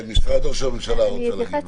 משרד ראש הממשלה רוצה להגיד משהו.